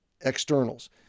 externals